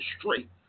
straight